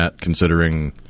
considering